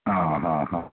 ಹಾಂ ಹಾಂ ಹಾಂ